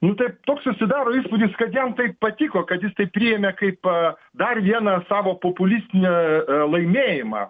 nu tai toks susidaro įspūdis kad jam tai patiko kad jis tai priėmė kaip dar vieną savo populistinį laimėjimą